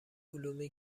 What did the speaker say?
علومی